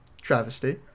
travesty